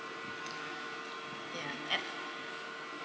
and at